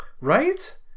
Right